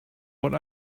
what